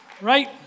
Right